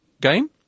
game